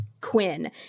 Quinn